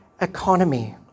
economy